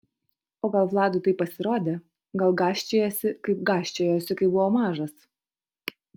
o gal vladui taip pasirodė gal gąsčiojasi kaip gąsčiojosi kai buvo mažas